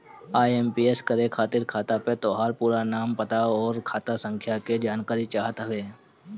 IMPS करे खातिर खाता पे तोहार पूरा नाम, पता, अउरी खाता संख्या के जानकारी चाहत हवे